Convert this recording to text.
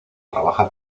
trabaja